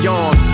on